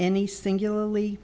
any singularly